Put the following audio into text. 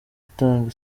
itanga